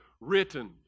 written